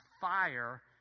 fire